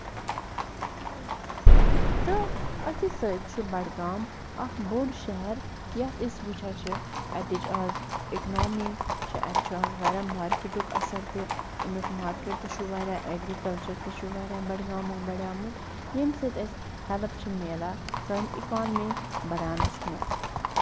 تہٕ أتھی سۭتۍ چھُ بڈگام اکھ بوٚڈ شَہر یَتھ أسۍ وٕچھان چھِ اَتِچ آز اِکونامی چھِ اَتہِ چھُ آز واریاہ مارکٮ۪ٹُک اَثر تہِ اَمیُک مارکیٹ تہِ چھُ واریاہ اٮ۪گرِکَلچر تہِ چھُ واریاہ بڈگامُک بڑیومُت ییٚمہِ سۭتۍ أسۍ ہٮ۪لٕپ چھِ مِلان سٲنۍ اِکانمی بڈاونِس منٛز